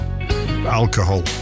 alcohol